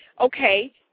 okay